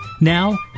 Now